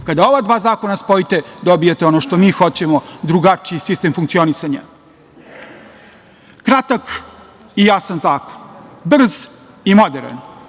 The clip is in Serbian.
Kada ova dva zakona spojite, dobijete ono što mi hoćemo, drugačiji sistem funkcionisanja. Kratak i jasan zakon, brz i moderan,